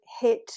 hit